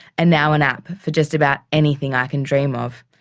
and now an app for just about anything i can dream off.